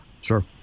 Sure